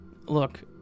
Look